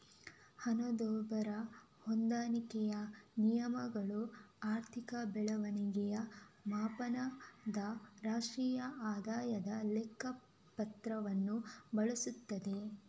ಹಣದುಬ್ಬರ ಹೊಂದಾಣಿಕೆಯ ನಿಯಮಗಳು ಆರ್ಥಿಕ ಬೆಳವಣಿಗೆಯ ಮಾಪನದ ರಾಷ್ಟ್ರೀಯ ಆದಾಯದ ಲೆಕ್ಕ ಪತ್ರವನ್ನು ಬಳಸುತ್ತದೆ